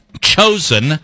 chosen